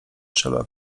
trzeba